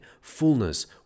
fullness